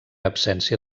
absència